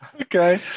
Okay